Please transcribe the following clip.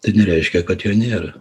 tai nereiškia kad jo nėra